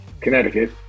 Connecticut